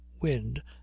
wind